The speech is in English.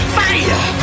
fire